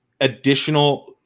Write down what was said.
additional